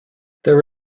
there